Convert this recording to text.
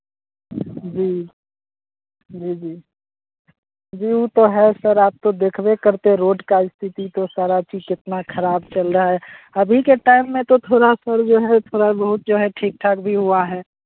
जी जी जी जी वो तो है सर आप तो देखबे करते है रोड का स्थिति तो सर अभी कितना खराब चल रहा है अभी के टाइम में तो थोड़ा सर जो है थोड़ा बहुत जो है ठीक ठाक भी हुआ है